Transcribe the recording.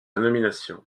nomination